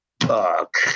fuck